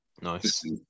Nice